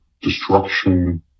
destruction